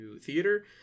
theater